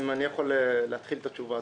אני יכול להתחיל את התשובה,